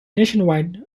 nationwide